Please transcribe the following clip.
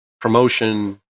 promotion